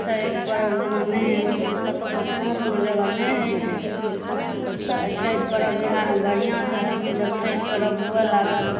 छठि परब जेना नहि कतहुँ कतहुँ कोनो कोनो जगह नहि होइ छै तऽ छठि परब बिहारमे बढ़िआँसँ होइ छै जब छठि परब हुए लागल